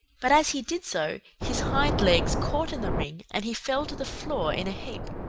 but as he did so his hind legs caught in the ring and he fell to the floor in a heap.